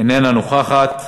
איננה נוכחת,